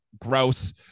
Gross